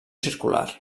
circular